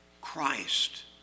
Christ